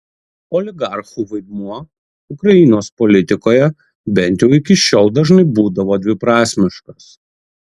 oligarchų vaidmuo ukrainos politikoje bent jau iki šiol dažnai būdavo dviprasmiškas